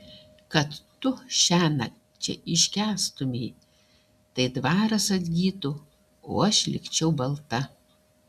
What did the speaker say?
kad tu šiąnakt čia iškęstumei tai dvaras atgytų o aš likčiau balta